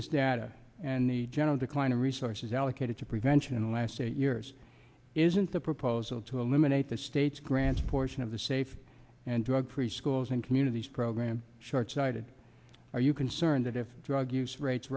this data and the general decline of resources allocated to prevention in the last eight years isn't the proposal to eliminate the state's grants portion of the safe and drug free schools and communities program shortsighted are you concerned that if drug use rates